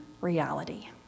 reality